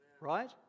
right